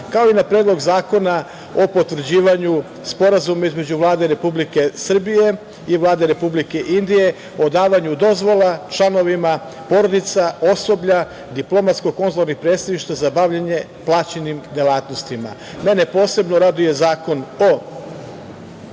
kao i na Predlog zakona o potvrđivanju Sporazuma između Vlade Republike Srbije i Vlade Republike Indije o davanju dozvola članovima porodica osoblja diplomatsko-konzularnih predstavništva za bavljenje plaćenim delatnostima. Mene posebno raduje zakon iz